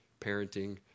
Parenting